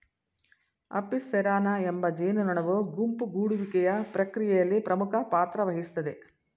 Apis cerana ಎಂಬ ಜೇನುನೊಣವು ಗುಂಪು ಗೂಡುವಿಕೆಯ ಪ್ರಕ್ರಿಯೆಯಲ್ಲಿ ಪ್ರಮುಖ ಪಾತ್ರವಹಿಸ್ತದೆ